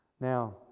Now